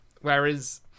Whereas